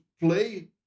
play